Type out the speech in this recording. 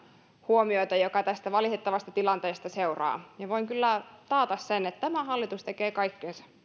joka tästä valitettavasta tilanteesta seuraa voin kyllä taata sen että tämä hallitus tekee kaikkensa